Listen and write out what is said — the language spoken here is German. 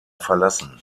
verlassen